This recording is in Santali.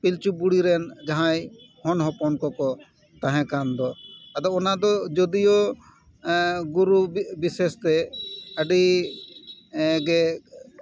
ᱯᱤᱞᱪᱩ ᱵᱩᱲᱦᱤ ᱨᱮᱱ ᱡᱟᱦᱟᱸᱭ ᱦᱚᱱ ᱦᱚᱯᱚᱱ ᱠᱚᱠᱚ ᱛᱟᱦᱮᱸ ᱠᱟᱱ ᱫᱚ ᱟᱫᱚ ᱚᱱᱟ ᱫᱚ ᱡᱳᱫᱤᱭᱳ ᱜᱩᱨᱩ ᱵᱤᱥᱮᱥ ᱛᱮ ᱟᱹᱰᱤ ᱜᱮ